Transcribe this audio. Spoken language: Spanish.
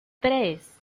tres